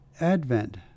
Advent